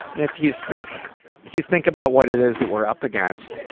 if you think you think about what it is that we're up against.